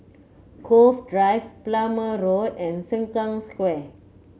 Cove Drive Plumer Road and Sengkang Square